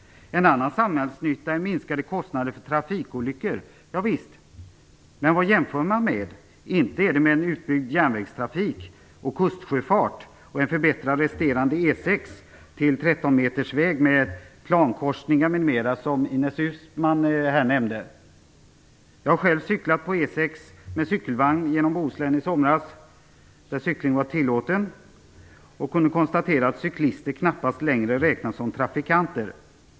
En annan samhällsnytta är minskade kostnader för trafikolyckor. Javisst, men vad jämför man med? Inte är det med en utbyggd järnvägstrafik och kustsjöfart och en förbättrad resterande E 6 till 13-metersväg med plankorsningar m.m. som Ines Uusmann här nämnde. I somras cyklade jag själv med cykelvagn på E 6 genom Bohuslän, där cykling var tillåten. Jag kunde då konstatera att cyklister knappast längre räknas som trafikanter.